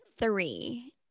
three